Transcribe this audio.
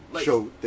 show